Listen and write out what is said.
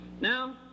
Now